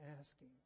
asking